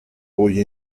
hoy